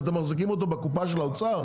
אתם מחזיקים אותו בקופה של האוצר?